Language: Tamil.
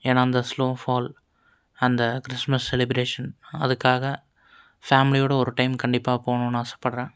ஏனால் அந்த ஸ்னோ ஃபால் அந்த கிறிஸ்மஸ் செலிப்ரேஷன் அதுக்காக ஃபேமிலியோடு ஒரு டைம் கண்டிப்பாக போகணுன்னு ஆசைப்பட்றேன்